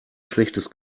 schlechtes